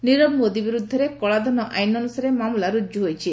ନିରବ ମୋଦି ବିରୁଦ୍ଧରେ କଳାଧନ ଆଇନ ଅନୁସାରେ ମାମଲା ରୁଜୁ ହୋଇଛି